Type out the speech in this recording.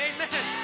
Amen